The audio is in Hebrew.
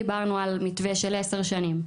דיברנו על מתווה של עשר שנים.